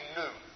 new